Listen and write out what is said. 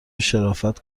شرافت